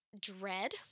dread